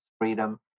freedom